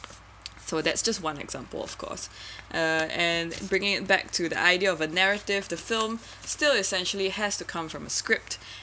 so that's just one example of course uh and bringing it back to the idea of a narrative to film still essentially has to come from a script